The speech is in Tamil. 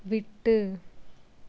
விட்டு